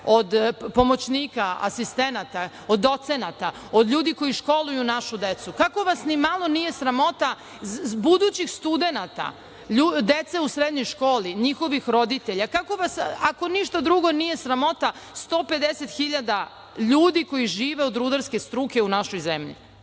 od pomoćnika, asistenata, od docenata, od ljudi koji školuju našu decu, kako vas ni malo nije sramota budućih studenata, dece u srednjoj školi, njihovih roditelja, kako vas, ako ništa drugo, nije sramota 150 hiljada ljudi koji žive od rudarske struke u našoj zemlji?